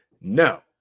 no